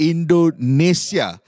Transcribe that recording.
Indonesia